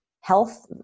health